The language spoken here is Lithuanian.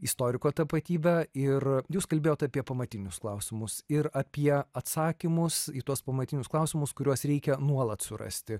istoriko tapatybę ir jūs kalbėjot apie pamatinius klausimus ir apie atsakymus į tuos pamatinius klausimus kuriuos reikia nuolat surasti